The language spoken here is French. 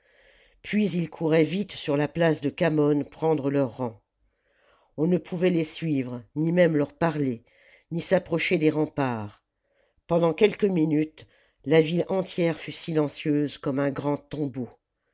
puis ils couraient vite sur la place de khamon prendre leurs rangs on ne pouvait les suivre ni même leur parler ni s'approcher des remparts pendant quelques minutes la ville entière fut silencieuse comme un grand tombeau